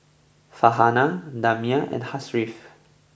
Farhanah Damia and Hasif